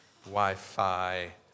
Wi-Fi